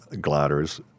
gliders